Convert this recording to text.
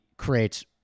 creates